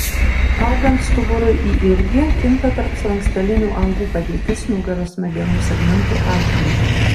augant stuburui į ilgį kinta tarpslankstelinių angų padėtis nugaros smegenų segmentų atžvilgiu